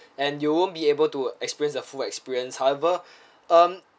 and you won't be able to experience a full experience however um